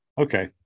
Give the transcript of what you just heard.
Okay